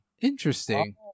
Interesting